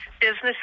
businesses